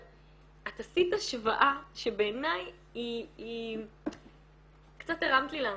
את עשית השוואה שבעיניי קצת הרמת לי להנחתה,